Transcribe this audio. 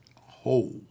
whole